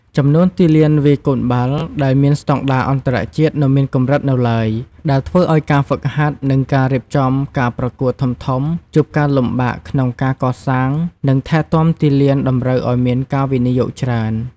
ចំនួនទីលានវាយកូនបាល់ដែលមានស្តង់ដារអន្តរជាតិនៅមានកម្រិតនៅឡើយ ដែលធ្វើឱ្យការហ្វឹកហាត់និងការរៀបចំការប្រកួតធំៗជួបការលំបាកក្នុងការកសាង និងថែទាំទីលានតម្រូវឱ្យមានការវិនិយោគច្រើន។